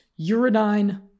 uridine